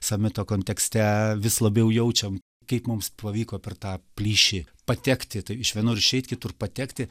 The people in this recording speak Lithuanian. samito kontekste vis labiau jaučiam kaip mums pavyko per tą plyšį patekti tai iš vienur išeit kitur patekti